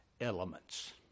elements